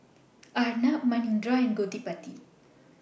Arnab Manindra and Gottipati